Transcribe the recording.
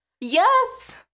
yes